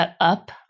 up